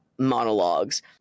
Monologues